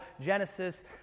Genesis